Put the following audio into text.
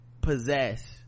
possess